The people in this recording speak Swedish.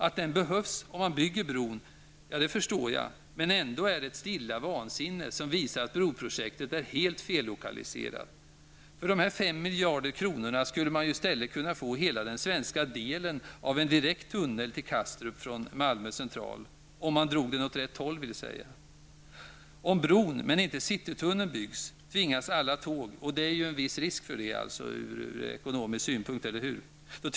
Att tunneln behövs om man bygger bron förstår jag men det är ändå ett stilla vansinne som visar att broprojektet är helt fellokaliserat. För dessa 5 miljarder kronor skulle man ju i stället få hela den svenska delen av en tunnel direkt till Kastrup från Malmö central -- om man drog den åt rätt håll vill säga. Om bron men inte citytunneln byggs tvingas alla tåg -- det är en viss risk för det från ekonomisk synpunkt, eller hur?